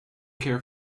care